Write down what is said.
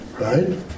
right